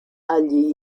agli